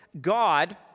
God